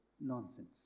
nonsense